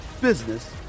business